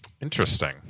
Interesting